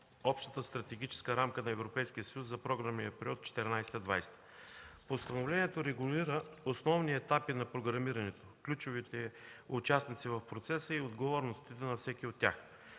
Общата стратегическа рамка на Европейския съюз за програмния период 2014–2020 г. Постановлението регулира основни етапи на програмирането, ключовите участници в процеса и отговорностите на всеки от тях.